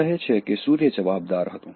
તે કહે છે કે સૂર્ય જવાબદાર હતો